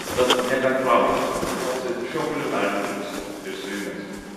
tad nekantraudama dalinuosi šiuo kulinariniu džiaugsmu ir su jumis